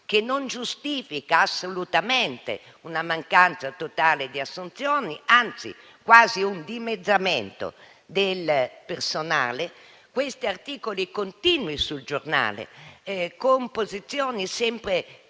non giustifica assolutamente la mancanza totale di assunzioni, anzi quasi un dimezzamento del personale. Questi articoli continui sui giornali, con posizioni sempre